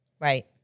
right